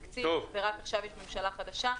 תקציב, ורק עכשיו יש ממשלה חדשה.